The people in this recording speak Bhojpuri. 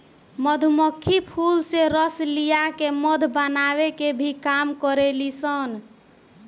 मधुमक्खी फूल से रस लिया के मध बनावे के भी काम करेली सन